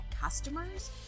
customers